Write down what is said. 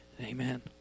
Amen